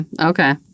Okay